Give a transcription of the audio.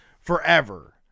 forever